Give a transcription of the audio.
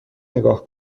نگاه